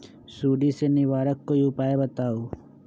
सुडी से निवारक कोई उपाय बताऊँ?